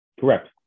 Correct